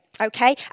Okay